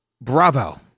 Bravo